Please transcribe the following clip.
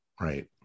Right